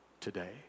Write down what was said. today